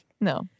No